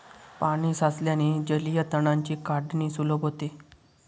पाणी साचल्याने जलीय तणांची काढणी सुलभ होते